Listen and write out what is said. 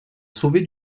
sauvé